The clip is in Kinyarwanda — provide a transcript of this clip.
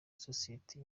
sosiyete